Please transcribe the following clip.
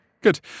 Good